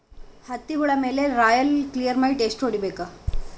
ಹತ್ತಿ ಹುಳ ಮೇಲೆ ರಾಯಲ್ ಕ್ಲಿಯರ್ ಮೈಟ್ ಎಷ್ಟ ಹೊಡಿಬೇಕು?